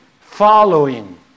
following